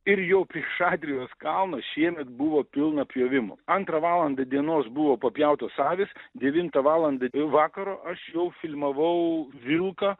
ir jau prie šatrijos kalno šiemet buvo pilna pjovimų antrą valandą dienos buvo papjautos avys devintą valandą vakaro aš jau filmavau vilką